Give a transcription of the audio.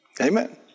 Amen